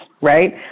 right